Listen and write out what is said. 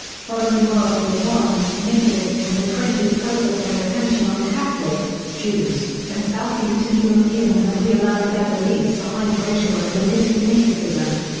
following world war i, nativists in the twenties focused their attention on catholics, jews, and south-eastern europeans and realigned their beliefs behind racial and religious nativism.